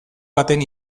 baten